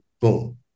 boom